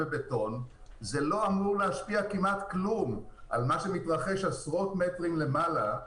זה לא אמור להשפיע כמעט בכלל על מה שמתרחש עשרות מטרים למעלה,